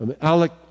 Alec